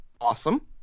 Awesome